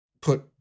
put